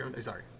Sorry